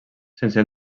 sense